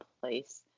place